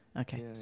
Okay